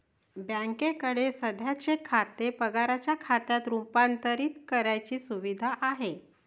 बँकेकडे सध्याचे खाते पगाराच्या खात्यात रूपांतरित करण्याची सुविधा आहे